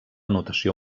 notació